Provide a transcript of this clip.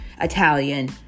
Italian